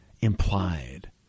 implied